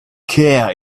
care